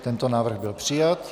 Tento návrh byl přijat.